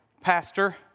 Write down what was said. pastor